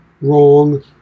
wrong